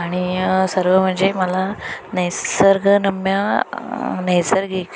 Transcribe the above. आणि सर्व म्हणजे मला निसर्गरम्य नैसर्गिक